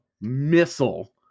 missile